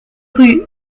rue